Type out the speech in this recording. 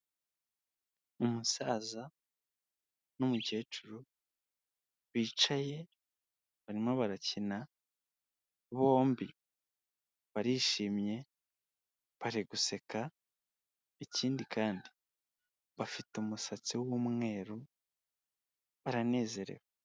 Umusaza n'umukecuru bicaye barimo barakina bombi, barishimye bari guseka ikindi kandi bafite umusatsi w'umweru baranezerewe.